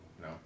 no